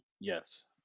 Yes